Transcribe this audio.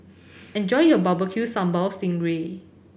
enjoy your Barbecue Sambal sting ray